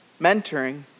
mentoring